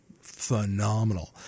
phenomenal